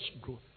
growth